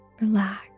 Relax